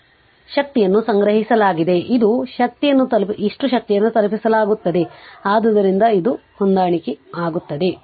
ಆದ್ದರಿಂದ ಶಕ್ತಿಯನ್ನು ಸಂಗ್ರಹಿಸಲಾಗಿದೆ ಶಕ್ತಿಯನ್ನು ತಲುಪಿಸಲಾಗುತ್ತದೆ ಆದ್ದರಿಂದ ಅದು ಹೊಂದಾಣಿಕೆಯಾಗುತ್ತದೆ